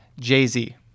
jay-z